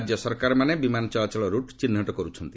ରାଜ୍ୟ ସରକାରମାନେ ବିମାନ ଚଳାଚଳ ରୁଟ୍ ଚିହ୍ନଟ କରୁଛନ୍ତି